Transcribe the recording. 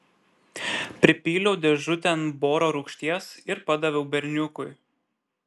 pripyliau dėžutėn boro rūgšties ir padaviau berniukui